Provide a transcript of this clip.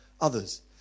others